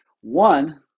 one